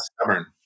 stubborn